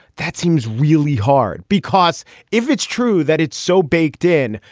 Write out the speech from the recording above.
that seems really hard because if it's true that it's so baked in,